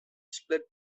split